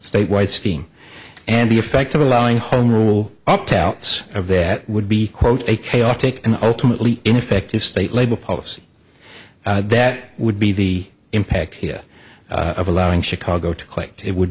statewide scheme and the effect of allowing home rule opt outs of that would be quote a chaotic and ultimately ineffective state labor policy that would be the impact here of allowing chicago to claim it would